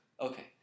okay